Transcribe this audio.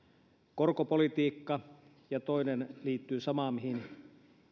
korkopolitiikka ja toinen liittyy samaan mihin